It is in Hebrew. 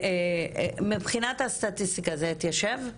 מבחינת הסטטיסטיקה זה התיישר?